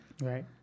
Right